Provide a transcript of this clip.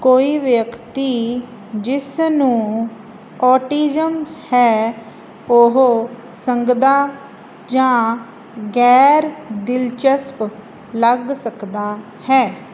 ਕੋਈ ਵਿਅਕਤੀ ਜਿਸ ਨੂੰ ਔਟਿਜ਼ਮ ਹੈ ਉਹ ਸੰਗਦਾ ਜਾਂ ਗੈਰ ਦਿਲਚਸਪ ਲੱਗ ਸਕਦਾ ਹੈ